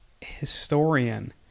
historian